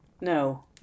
no